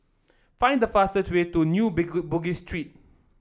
find the fastest way to New Bugis Street